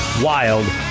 Wild